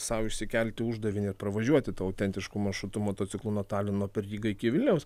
sau išsikelti uždavinį pravažiuoti tuo autentišku maršrutu motociklu nuo talino per rygą iki vilniaus